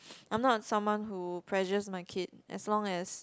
I'm not someone who pressures my kid as long as